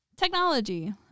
technology